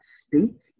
speak